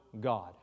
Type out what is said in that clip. God